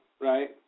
right